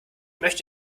möchte